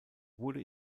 wurde